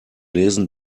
lesen